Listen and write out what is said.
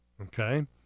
Okay